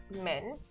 men